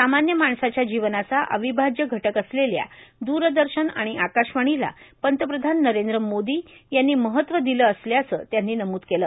सामान्य माणसाच्या जीवनाचा अविभाज्य घटक असलेल्या द्रदर्शन आणि आकाशवाणीला पंतप्रधान नरेंद्र मोदी यांनी महत्व दिलं असल्याचं त्यांनी नमूद केलं